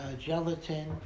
gelatin